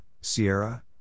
sierra